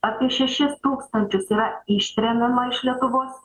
apie šešis tūkstančius yra ištremiama iš lietuvos